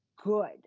good